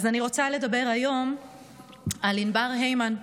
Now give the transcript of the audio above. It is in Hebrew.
אז אני רוצה לדבר היום על ענבר הימן.